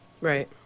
Right